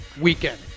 weekend